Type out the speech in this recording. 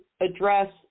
address